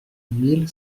mille